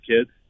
kids